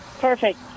Perfect